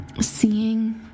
seeing